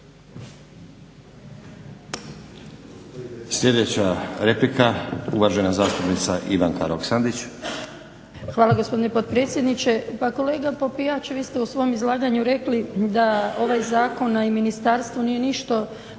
Sljedeća replika, uvažena zastupnica Ivanka Roksandić. **Roksandić, Ivanka (HDZ)** Hvala gospodine potpredsjedniče. Pa kolega Popijač vi ste u svom izlaganju rekli da ovaj zakon, a i ministarstvo nije ništa